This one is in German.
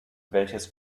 welches